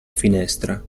finestra